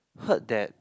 heard that